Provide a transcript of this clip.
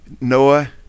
Noah